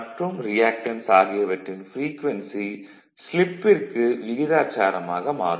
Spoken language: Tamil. மற்றும் ரியாக்டன்ஸ் ஆகியவற்றின் ப்ரீக்வென்சி ஸ்லிப்பிற்கு விகிதாச்சாரமாக மாறும்